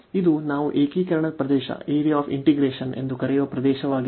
ಇದು ನಾವು ಏಕೀಕರಣದ ಪ್ರದೇಶ ಎಂದು ಕರೆಯುವ ಪ್ರದೇಶವಾಗಿದೆ